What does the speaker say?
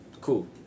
Cool